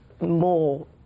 more